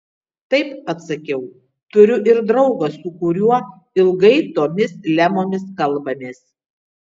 taip atsakiau turiu ir draugą su kuriuo ilgai tomis lemomis kalbamės